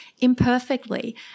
imperfectly